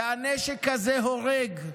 הנשק הזה הורג,